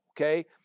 Okay